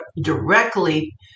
directly